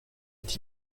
est